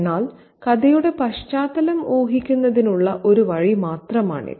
എന്നാൽ കഥയുടെ പശ്ചാത്തലം ഊഹിക്കുന്നതിനുള്ള ഒരു വഴി മാത്രമാണിത്